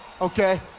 okay